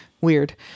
weird